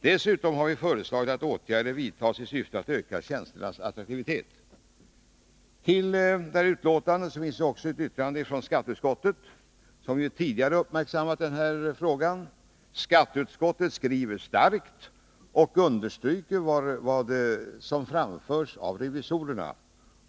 Dessutom har vi föreslagit att åtgärder vidtas i syfte att öka tjänsternas attraktivitet. Till detta betänkande är fogat ett yttrande från skatteutskottet, som ju tidigare uppmärksammat den här frågan. Skatteutskottet skriver starkt och understryker vad som framförts av revisorerna.